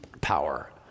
power